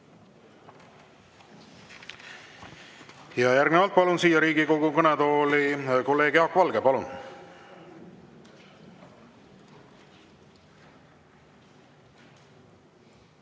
Järgnevalt palun siia Riigikogu kõnetooli kolleeg Jaak Valge. Palun!